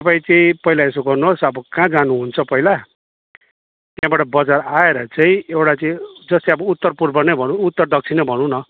तपाईँ चाहिँ पहिला यसो गर्नुहोस् अब कहाँ जानुहुन्छ पहिला त्यहाँबाट बजार आएर चाहिँ एउटा चाहिँ जस्तै अब उत्तरपूर्व नै भनौँ उत्तर दक्षिण नै भनौँ न